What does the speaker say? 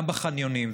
גם בחניונים,